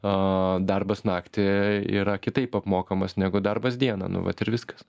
o darbas naktį yra kitaip apmokamas negu darbas dieną nu vat ir viskas